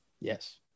Yes